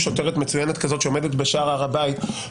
על הסעיפים האלה גם יקבלו על זה הרשעה בבית המשפט.